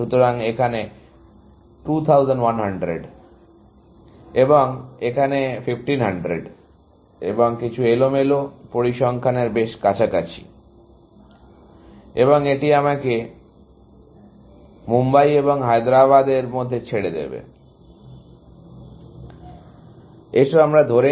সুতরাং এখানে 2100 এবং এখানে 1500 এবং কিছু এলোমেলো পরিসংখ্যানের বেশ কাছাকাছি এবং এটি আমাকে মুম্বাই এবং হায়দ্রাবাদের মধ্যে ছেড়ে দেয় এসো আমরা ধরে নেই এটি 700